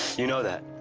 you know that?